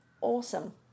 Awesome